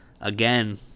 again